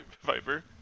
Viper